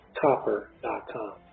copper.com